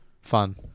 Fun